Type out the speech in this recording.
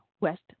West